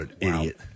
idiot